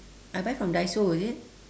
I buy from daiso is it